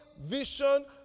vision